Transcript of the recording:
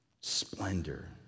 splendor